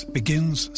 begins